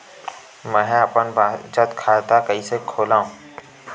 मेंहा अपन बचत खाता कइसे खोलव?